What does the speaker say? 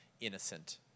innocent